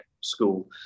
school